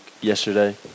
yesterday